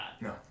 No